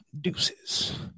Deuces